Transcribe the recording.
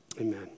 amen